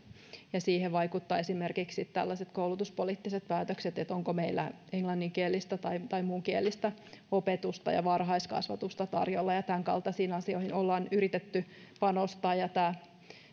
ja siihen vaikuttavat esimerkiksi tällaiset koulutuspoliittiset päätökset kuin onko meillä englanninkielistä tai tai muun kielistä opetusta ja varhaiskasvatusta tarjolla ja tämän kaltaisiin asioihin ollaan yritetty panostaa ja tämä